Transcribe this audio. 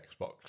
Xbox